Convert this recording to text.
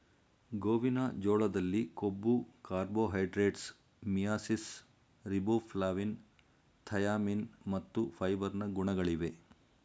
ಗೋವಿನ ಜೋಳದಲ್ಲಿ ಕೊಬ್ಬು, ಕಾರ್ಬೋಹೈಡ್ರೇಟ್ಸ್, ಮಿಯಾಸಿಸ್, ರಿಬೋಫ್ಲಾವಿನ್, ಥಯಾಮಿನ್ ಮತ್ತು ಫೈಬರ್ ನ ಗುಣಗಳಿವೆ